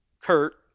Kurt